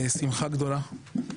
שמחה גדולה.